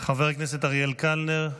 חבר הכנסת אריאל קלנר,